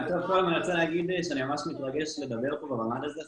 כדי שיהיו תוכניות גם בשפה העברית,